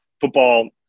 Football